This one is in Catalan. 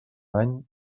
any